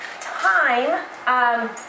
Time